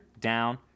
down